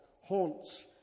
haunts